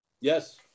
Yes